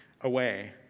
away